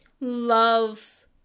love